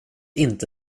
inte